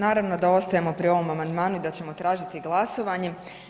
Naravno da ostajemo pri ovom amandmanu i da ćemo tražiti glasovanje.